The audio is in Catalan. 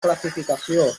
classificació